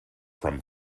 from